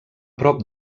prop